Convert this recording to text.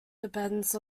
depends